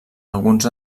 alguns